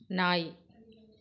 நாய்